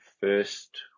first